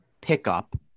pickup